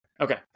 Okay